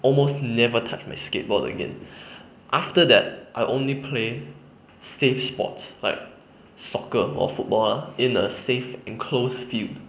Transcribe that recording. almost never touch my skateboard again after that I only play safe sports like soccer or football ah in a safe enclosed field